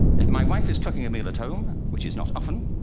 if my wife is cooking a meal at home, which is not often.